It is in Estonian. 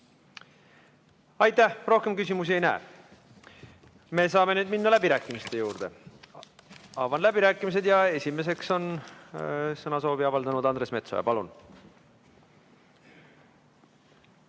Aitäh! Rohkem küsimusi ma ei näe. Me saame minna läbirääkimiste juurde. Avan läbirääkimised. Esimeseks on kõnesoovi avaldanud Andres Metsoja. Palun!